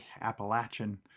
Appalachian